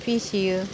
फिसियो